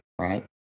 right